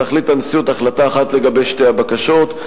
תחליט הנשיאות החלטה אחת לגבי שתי הבקשות,